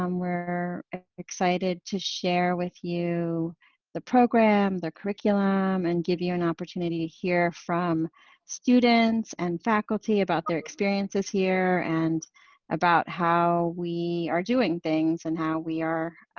um we're excited to share with you the program, the curriculum and give you an opportunity to hear from students and faculty about their experiences here and about how we are doing things and how we are